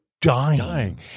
dying